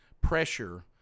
pressure